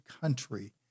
country